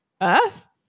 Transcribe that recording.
earth